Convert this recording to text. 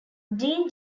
deane